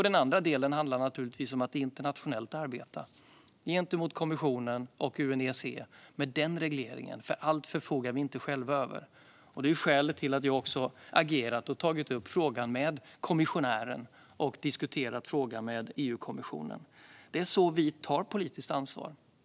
Den andra delen handlar naturligtvis om att det är fråga om internationellt arbete i kommissionen och med regleringen i UNECE. Vi förfogar inte över allt själva. Det är skälet till att jag också har agerat och har tagit upp frågan med kommissionären och EU-kommissionen. Det är så vi tar politiskt ansvar.